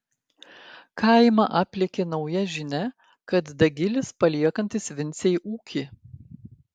kaimą aplėkė nauja žinia kad dagilis paliekantis vincei ūkį